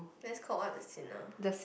that's call what the signal